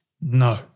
no